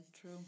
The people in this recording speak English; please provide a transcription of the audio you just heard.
True